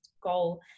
goal